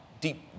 deep